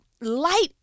Light